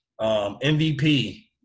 MVP